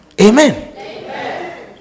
amen